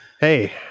Hey